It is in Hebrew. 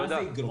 למה זה יגרום?